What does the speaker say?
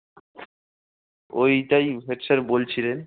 ওইটাই head sir বলছিলেন